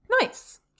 nice